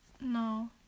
No